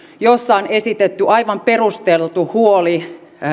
jossa on esitetty aivan perusteltu huoli